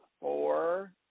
four